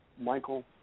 Michael